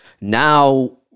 Now